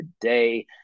today